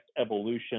evolution